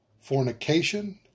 fornication